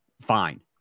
fine